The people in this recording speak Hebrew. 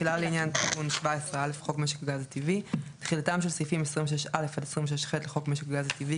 תחילה לעניין תיקון חוק משק הגז הטבעי 17א. תחילתם של סעיפים 26א עד 26ח לחוק משק הגז הטבעי,